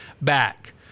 back